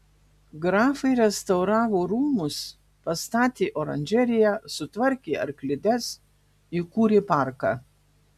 grafai restauravo rūmus pastatė oranžeriją sutvarkė arklides įkūrė parką